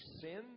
sin